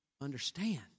understand